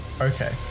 Okay